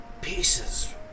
pieces